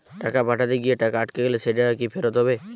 টাকা পাঠাতে গিয়ে টাকা আটকে গেলে সেই টাকা কি ফেরত হবে?